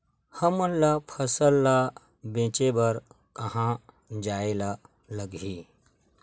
हमन ला फसल ला बेचे बर कहां जाये ला लगही?